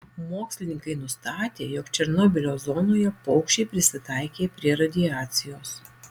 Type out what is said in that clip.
mokslininkai nustatė jog černobylio zonoje paukščiai prisitaikė prie radiacijos